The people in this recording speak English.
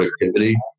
productivity